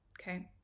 Okay